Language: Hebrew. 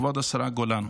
כבוד השרה גולן,